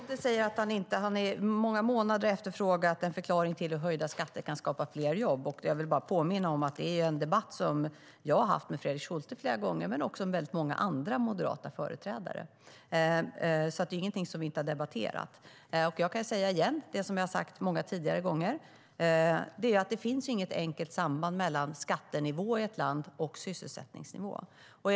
Herr talman! Fredrik Schulte säger att han i många månader har efterfrågat en förklaring till hur höjda skatter kan skapa fler jobb. Jag vill bara påminna om att det är en fråga jag har debatterat med Fredrik Schulte flera gånger och med många andra moderata företrädare. Det är ingenting som vi inte har debatterat. Jag kan säga igen det jag har sagt många gånger tidigare. Det finns inget enkelt samband mellan skattenivå i ett land och sysselsättningsnivå.